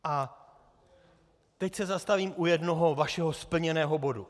A teď se zastavím u jednoho vašeho splněného bodu.